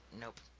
nope